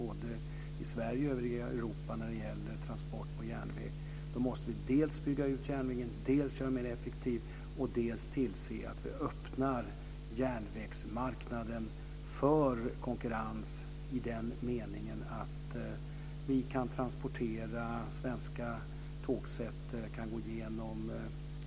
Om vi ska lyckas att föra över alltfler transporter från lastbilar måste vi dels bygga ut järnvägen, dels göra den mer effektiv och dels tillse att vi öppnar järnvägsmarknaden för konkurrens så att svenska tågsätt kan gå igenom Tyskland och Frankrike.